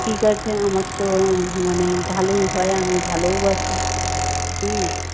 ঠিক আছে আমার তো মানে ভালোই হয় আমি ভালোওবাসি